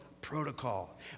protocol